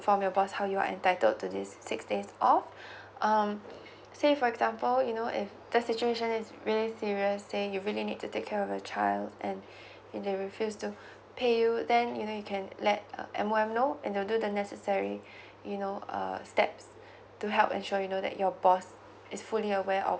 infrom your boss how you're entitled to this six days off um say for example you know if the situation is really serious say you really need to take care of your child and and they refuse to pay you then you know you can let uh M_O_M know and they will do the necessary you know uh steps to help ensure you know that your boss is fully aware of